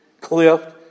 cliff